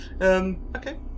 Okay